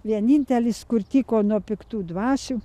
vienintelis kur tiko nuo piktų dvasių